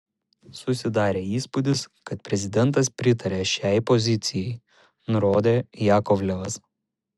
susidarė įspūdis kad prezidentas pritaria šiai pozicijai nurodė jakovlevas